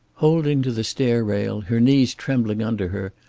holding to the stair-rail, her knees trembling under her,